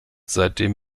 seitdem